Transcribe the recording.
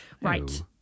right